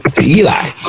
Eli